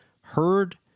heard